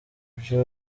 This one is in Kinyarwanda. byo